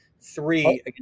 three